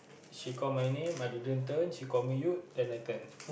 she call my name I didn't turn she call me Yewd then I turn